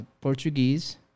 Portuguese